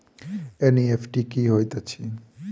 NEFT की होइत अछि?